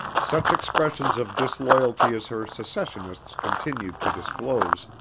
such expressions of disloyalty as her secessionists continued to disclose,